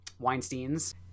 Weinsteins